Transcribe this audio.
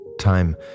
time